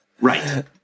Right